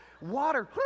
water